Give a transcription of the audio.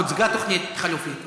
הוצגה תוכנית חלופית,